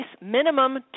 minimum